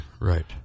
Right